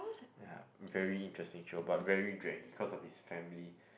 ya very interesting show but very draggy cause of his family